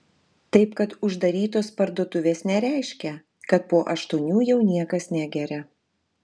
taip kad uždarytos parduotuvės nereiškia kad po aštuonių jau niekas negeria